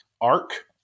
arc